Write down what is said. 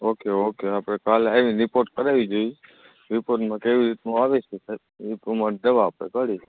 okay okay આપણે કાલે આવીને રીપોર્ટ કરાવી જોઇએ રીપોર્ટમાં કેવી રીતનું આવે છે સાહેબ એ પ્રમાણેની દવા આપણે કરીશું